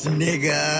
nigga